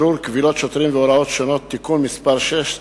בירור קבילות שוטרים והוראות שונות) (תיקון מס' 6),